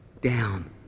down